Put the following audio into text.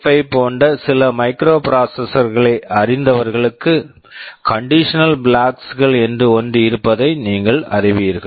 8085 போன்ற சில microprocessors microprocessors களை அறிந்தவர்களுக்கு கண்டிஷனல் பிளாக்ஸ் conditional flags கள் என்று ஒன்று இருப்பதை நீங்கள் அறிவீர்கள்